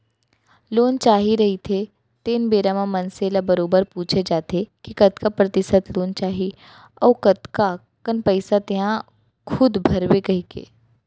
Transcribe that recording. loan चाही रहिथे तेन बेरा म मनसे ल बरोबर पूछे जाथे के कतका परतिसत लोन चाही अउ कतका कन पइसा तेंहा खूद भरबे कहिके